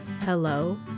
hello